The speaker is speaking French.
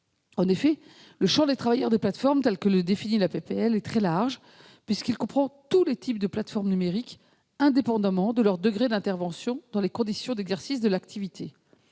En effet, le champ des travailleurs des plateformes, tel que défini dans la proposition de loi, est très large, puisqu'il comprend tous les types de plateformes numériques, indépendamment de leur degré d'intervention dans les conditions d'exercice de l'activité.